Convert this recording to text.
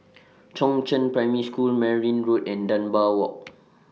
Chongzheng Primary School Merryn Road and Dunbar Walk